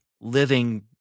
living